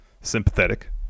sympathetic